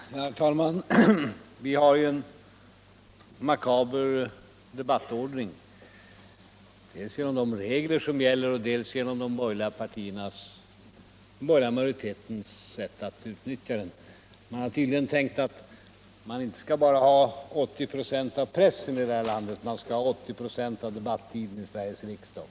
Herr talman! Vi har ju en makaber debattordning, dels på grund av de regler som gäller, dels genom den borgerliga majoritetens sätt alt utnyttja den. Man har tydligen tänkt sig att man inte bara skall ha 80 ”0 av pressen i der här landet, man skall också ha 80 ”a av debatten i Sveriges riksdag.